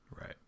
Right